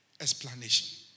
explanation